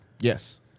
Yes